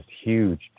huge